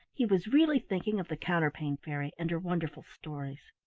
he was really thinking of the counterpane fairy and her wonderful stories.